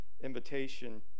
invitation